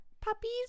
puppies